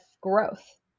growth